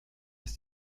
ist